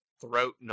throat